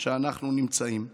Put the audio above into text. שאנחנו נמצאים בה,